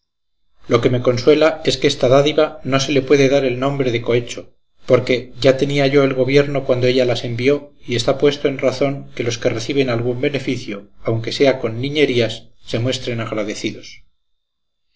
lo que me consuela es que esta dádiva no se le puede dar nombre de cohecho porque ya tenía yo el gobierno cuando ella las envió y está puesto en razón que los que reciben algún beneficio aunque sea con niñerías se muestren agradecidos